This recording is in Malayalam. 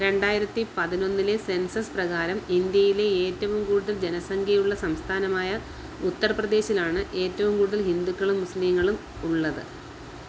രണ്ടായിരത്തി പതിനൊന്നിലെ സെൻസസ് പ്രകാരം ഇന്ത്യയിലെ ഏറ്റവും കൂടുതൽ ജനസംഖ്യയുള്ള സംസ്ഥാനമായ ഉത്തർ പ്രദേശിലാണ് ഏറ്റവും കൂടുതൽ ഹിന്ദുക്കളും മുസ്ലീങ്ങളും ഉള്ളത്